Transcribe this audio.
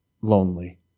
lonely